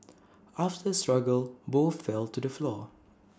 after the struggle both fell to the floor